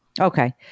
Okay